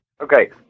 okay